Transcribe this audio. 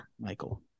Michael